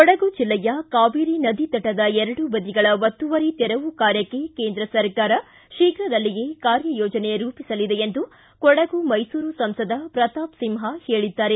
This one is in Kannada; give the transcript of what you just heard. ಕೊಡಗು ಜಿಲ್ಲೆಯ ಕಾವೇರಿ ನದಿ ತಟದ ಎರಡು ಬದಿಗಳ ಒತ್ತುವರಿ ತೆರವು ಕಾರ್ಯಕ್ಕೆ ಕೇಂದ್ರ ಸರಕಾರ ಶೀಘದಲ್ಲಿಯೇ ಕಾರ್ಯ ಯೋಜನೆ ರೂಪಿಸಲಿದೆ ಎಂದು ಕೊಡಗು ಮೈಸೂರು ಸಂಸದ ಪ್ರತಾಪ್ ಸಿಂಹ ತಿಳಿಸಿದ್ದಾರೆ